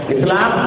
Islam